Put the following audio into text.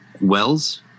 Wells